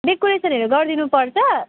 डेकुरेसनहरू गरिदिनुपर्छ